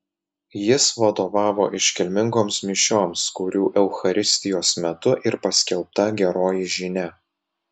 jis vadovavo iškilmingoms mišioms kurių eucharistijos metu ir paskelbta geroji žinia